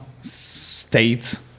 states